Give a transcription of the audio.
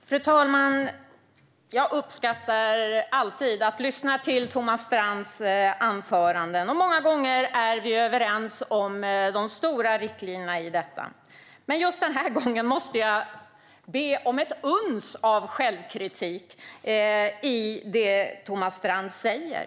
Fru talman! Jag uppskattar alltid att lyssna till Thomas Strands anföranden. Många gånger är vi överens om de stora riktlinjerna i dem, men denna gång måste jag be om ett uns av självkritik i det som han säger.